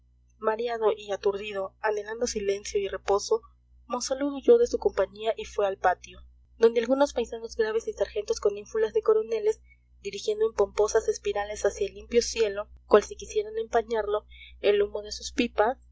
mareado y aturdido anhelando silencio y reposo monsalud huyó de su compañía y fue al patio donde algunos paisanos graves y sargentos con ínfulas de coroneles dirigiendo en pomposas espirales hacia el limpio cielo cual si quisieran empañarlo el humo de sus pipas